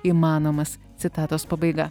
įmanomas citatos pabaiga